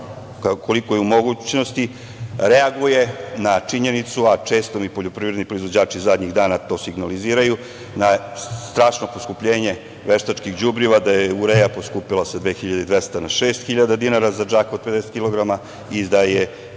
koliko je u mogućnosti, reaguje na činjenicu, a često mi poljoprivredni proizvođači, to zadnjih dana signaliziraju, na strašno poskupljenje veštačkih đubriva, da je urea poskupela sa 2.200 dinara, na 6000 dinara za džak od 50 kilograma. Drugo,